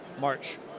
March